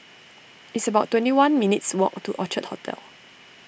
it's about twenty one minutes' walk to Orchard Hotel